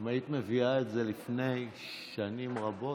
אם היית מביאה את זה לפני שנים רבות,